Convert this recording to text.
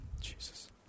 Jesus